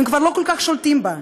הם כבר לא כל כך שולטים בה,